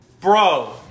Bro